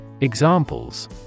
Examples